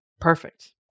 perfect